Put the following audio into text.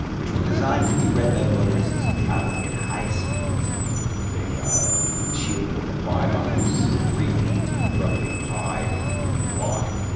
which were designed to be read by motorists traveling at high speeds the yeah shield, with the five on it is three feet, roughly, high and wide.